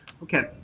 Okay